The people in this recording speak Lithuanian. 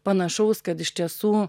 panašaus kad iš tiesų